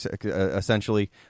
essentially